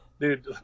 Dude